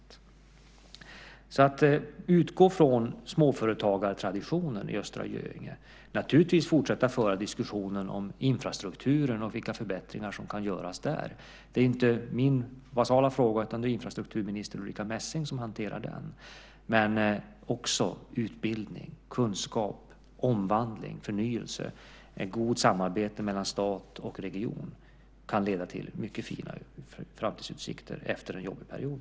Det handlar alltså om att utgå från småföretagartraditionen i Östra Göinge. Vi ska naturligtvis fortsätta att föra diskussionen om infrastrukturen och vilka förbättringar som kan göras där. Det är inte basalt min fråga, utan det är infrastrukturminister Ulrica Messing som hanterar den. Men också utbildning, kunskap, omvandling, förnyelse och ett gott samarbete mellan stat och region kan leda till mycket fina framtidsutsikter efter en jobbig period.